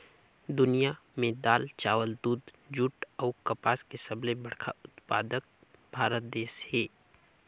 दुनिया में दाल, चावल, दूध, जूट अऊ कपास के सबले बड़ा उत्पादक भारत देश हे